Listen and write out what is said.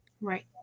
right